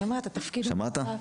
אני אומרת, התפקיד --- שמעת?